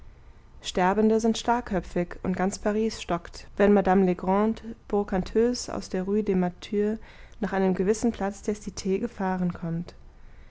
sterbende sind starrköpfig und ganz paris stockt wenn madame legrand brocanteuse aus der rue des martyrs nach einem gewissen platz der cit gefahren kommt